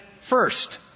first